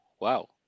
wow